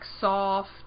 soft